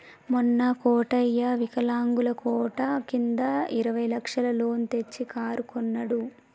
మొన్న కోటయ్య వికలాంగుల కోట కింద ఇరవై లక్షల లోన్ తెచ్చి కారు కొన్నడు